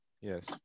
Yes